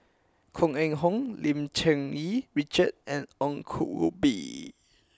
Koh Eng Hoon Lim Cherng Yih Richard and Ong Koh Bee